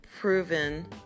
proven